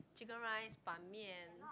Chicken Rice ban mian